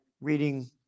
reading